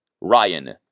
Ryan